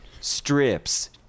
Strips